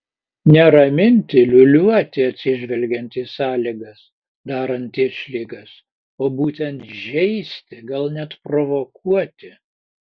ne raminti liūliuoti atsižvelgiant į sąlygas darant išlygas o būtent žeisti gal net provokuoti